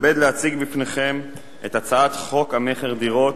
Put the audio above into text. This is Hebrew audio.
בפניכם את הצעת חוק המכר (דירות)